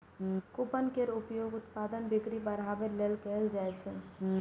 coupon केर उपयोग उत्पादक बिक्री बढ़ाबै लेल कैल जाइ छै